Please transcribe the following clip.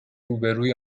روبهروی